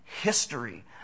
history